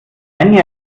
svenja